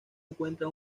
encuentra